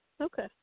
Okay